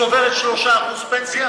צוברת 3% פנסיה